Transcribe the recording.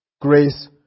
Grace